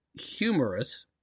humorous